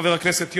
חבר הכנסת יונה,